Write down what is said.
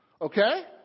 okay